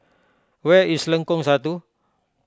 where is Lengkong Satu